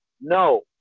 No